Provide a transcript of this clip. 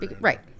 Right